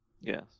Yes